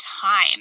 time